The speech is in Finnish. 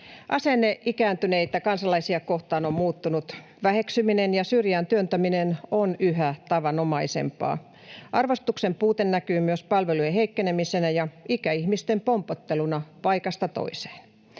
Asenne ikääntyneitä kansalaisia kohtaan on muuttunut. Väheksyminen ja syrjään työntäminen on yhä tavanomaisempaa. Arvostuksen puute näkyy myös palvelujen heikkenemisenä ja ikäihmisten pompotteluna paikasta toiseen.